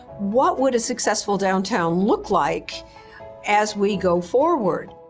what would a successful downtown look like as we go forward?